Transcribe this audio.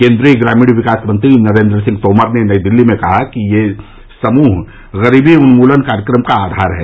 केन्द्रीय ग्रामीण विकास मंत्री नरेन्द्र सिंह तोमर ने नई दिल्ली में कहा कि यह समूह ग्रीबी उन्मूलन कार्यक्रम का आधार है